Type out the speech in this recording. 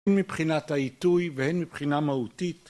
הן מבחינת העיתוי והן מבחינה מהותית